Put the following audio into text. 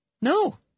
No